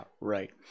right